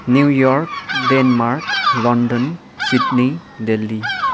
New York Denmark London Sydney Delhi